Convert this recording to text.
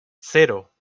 cero